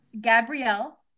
Gabrielle